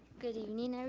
good evening, you know